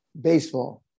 baseball